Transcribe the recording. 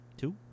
two